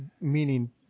meaning